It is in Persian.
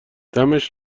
دمش